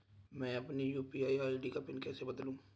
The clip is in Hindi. मैं अपनी यू.पी.आई आई.डी का पिन कैसे बदलूं?